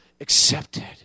accepted